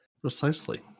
Precisely